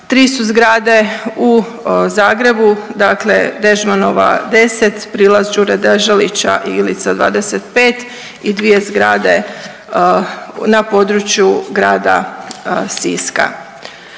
Tri su zgrade u Zagrebu, dakle Dežmanova 10, Prilaz Đure Deželića i Ilica 25 i dvije zgrade na području grada Siska.